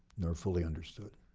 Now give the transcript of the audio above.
nor fully understood.